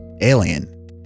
alien